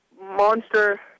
Monster